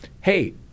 hey